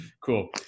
cool